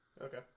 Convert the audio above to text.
okay